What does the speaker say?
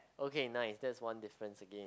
okay nice that is one difference again